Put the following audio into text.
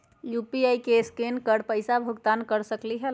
UPI से scan कर पईसा भुगतान कर सकलीहल?